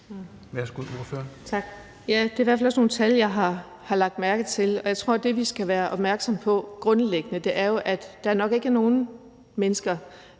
Vind (S): Tak. Ja, det er i hvert fald også nogle tal, jeg har lagt mærke til. Jeg tror, at det, vi skal være opmærksomme på, er, at der nok grundlæggende ikke er nogen mennesker,